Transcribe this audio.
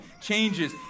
changes